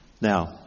Now